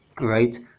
right